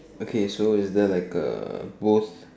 okay so is there like a post